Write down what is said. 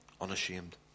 unashamed